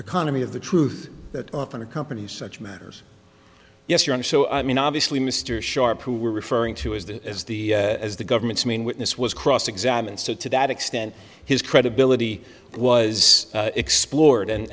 economy of the truth that often accompanies such matters yes your honor so i mean obviously mr sharp you were referring to is the as the as the government's main witness was cross examined so to that extent his credibility was explored and